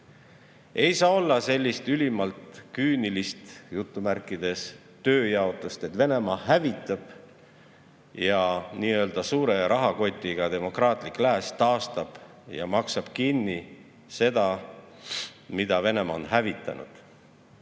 Ei saa olla sellist ülimalt küünilist "tööjaotust", et Venemaa hävitab ja nii-öelda suure rahakotiga demokraatlik lääs taastab ja maksab kinni selle, mille Venemaa on hävitanud.